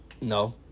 No